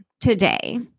today